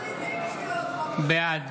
בעד